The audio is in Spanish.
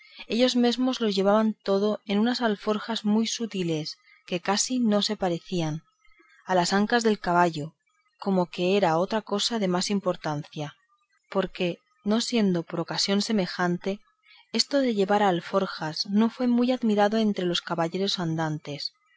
ellos mesmos lo llevaban todo en unas alforjas muy sutiles que casi no se parecían a las ancas del caballo como que era otra cosa de más importancia porque no siendo por ocasión semejante esto de llevar alforjas no fue muy admitido entre los caballeros andantes